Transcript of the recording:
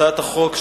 הצעת החוק,